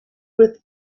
with